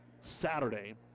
Saturday